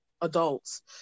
adults